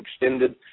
extended